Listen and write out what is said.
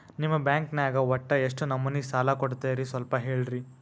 ನಿಮ್ಮ ಬ್ಯಾಂಕ್ ನ್ಯಾಗ ಒಟ್ಟ ಎಷ್ಟು ನಮೂನಿ ಸಾಲ ಕೊಡ್ತೇರಿ ಸ್ವಲ್ಪ ಹೇಳ್ರಿ